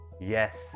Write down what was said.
yes